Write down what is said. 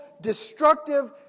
destructive